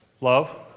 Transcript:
Love